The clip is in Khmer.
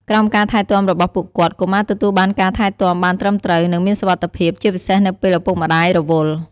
ក្រោមការថែទាំរបស់ពួកគាត់ កុមារទទួលបានការថែទាំបានត្រឹមត្រូវ និងមានសុវត្ថិភាព ជាពិសេសនៅពេលឪពុកម្តាយរវល់។